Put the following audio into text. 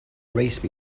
race